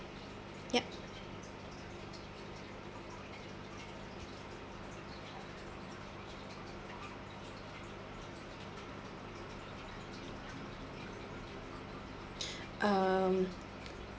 yup um